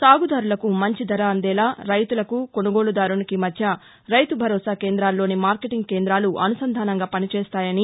సాగుదారులకు మంచి ధర అందేలా రైతులకు కొనుగోలుదారునికి మధ్య రైతు భరోసా కేంద్రాల్లోని మార్కెటింగ్ కేంద్రాలు అనుసంధానంగా పనిచేస్తాయనీ